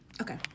Okay